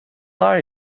are